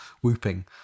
whooping